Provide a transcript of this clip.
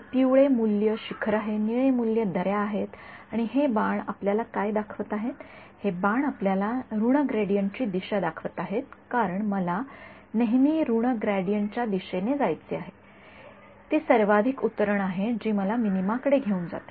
तर पिवळे मूल्य शिखर आहे निळे मूल्ये दऱ्या आहेत आणि हे बाण आपल्याला काय दाखवत आहेत हे बाण आपल्याला ऋण ग्रेडियंटची दिशा दाखवत आहेत कारण मला नेहमी ऋण ग्रेडियंटच्या दिशेने जायचे आहे ती सर्वाधिक उतरण आहे जी मला मिनीमाकडे घेऊन जाते